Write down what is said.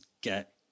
get